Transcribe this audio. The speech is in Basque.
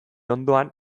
ondoan